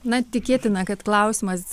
na tikėtina kad klausimas